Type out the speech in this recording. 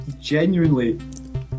genuinely